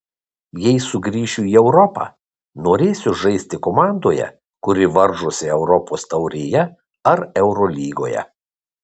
jei sugrįšiu į europą norėsiu žaisti komandoje kuri varžosi europos taurėje ar eurolygoje